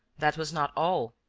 that was not all,